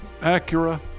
Acura